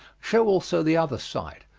show also the other side.